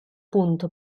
punto